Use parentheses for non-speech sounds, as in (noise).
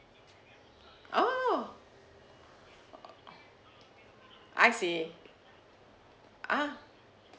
oh (noise) I see ah